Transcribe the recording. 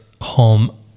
home